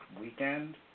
weekend